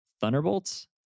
Thunderbolts